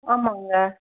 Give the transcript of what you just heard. ஆமாங்க